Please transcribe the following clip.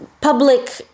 public